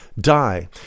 die